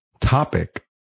topic